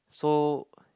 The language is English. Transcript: so